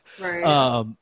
right